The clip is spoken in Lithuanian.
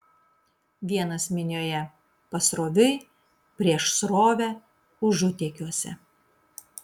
vienas minioje pasroviui prieš srovę užutėkiuose